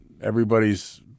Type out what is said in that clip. everybody's